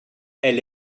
elle